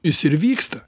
jis ir vyksta